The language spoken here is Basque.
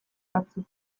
batzuk